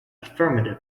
affirmative